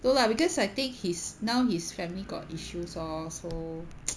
no lah because I think he's now his family got issues lor so